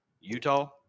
utah